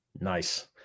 Nice